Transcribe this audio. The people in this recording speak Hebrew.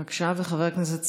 בבקשה, חבר הכנסת סעדי.